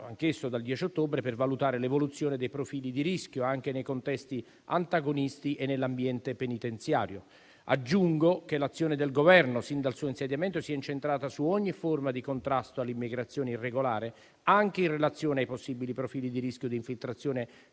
anch'esso dal 10 ottobre, per valutare l'evoluzione dei profili di rischio anche nei contesti antagonisti e nell'ambiente penitenziario. Aggiungo che l'azione del Governo, sin dal suo insediamento, si è incentrata su ogni forma di contrasto all'immigrazione irregolare, anche in relazione ai possibili profili di rischio di infiltrazione